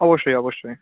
অবশ্যই অবশ্যই